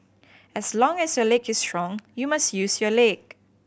as long as your leg is strong you must use your leg